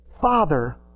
Father